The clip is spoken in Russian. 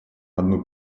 одну